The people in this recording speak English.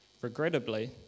Regrettably